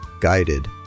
guided